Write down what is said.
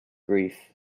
grief